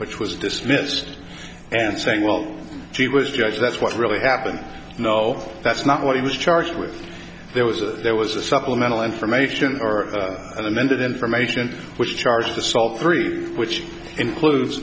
which was dismissed and saying well he was judge that's what really happened no that's not what he was charged with there was a there was a supplemental information or an amended information which charges assault three which includes